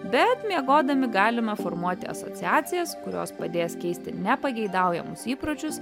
bet miegodami galime formuoti asociacijas kurios padės keisti nepageidaujamus įpročius